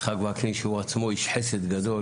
יצחק וקנין שהוא עצמו איש חסד גדול,